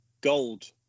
gold